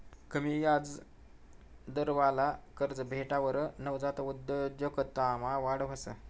कमी याजदरवाला कर्ज भेटावर नवजात उद्योजकतामा वाढ व्हस